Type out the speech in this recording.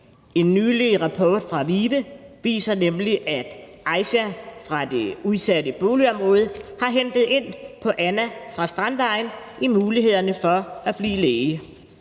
En nylig rapport fra VIVE viser nemlig, at Aisha fra det udsatte boligområde har hentet ind på Anna fra Strandvejen i mulighederne for at blive læge.